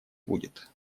будет